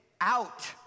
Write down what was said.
out